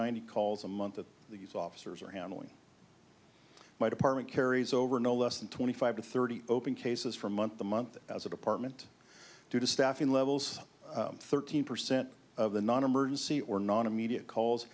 ninety calls a month that these officers are handling my department carries over no less than twenty five to thirty open cases from month to month as a department due to staffing levels thirteen percent of the non emergency or non immediate calls